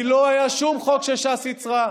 כי לא היה שום חוק שש"ס ייצרה,